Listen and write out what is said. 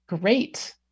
Great